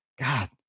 God